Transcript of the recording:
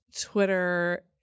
Twitter